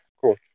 Cool